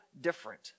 different